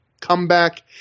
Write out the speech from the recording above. comeback